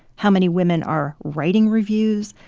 how many women are writing reviews,